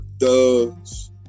thugs